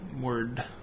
Word